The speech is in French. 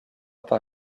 par